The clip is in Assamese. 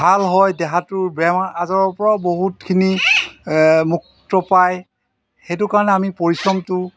ভাল হয় দেহাটোৰ বেমাৰ আজাৰৰপৰাও বহুতখিনি মুক্ত পায় সেইটো কাৰণে আমি পৰিশ্ৰমটো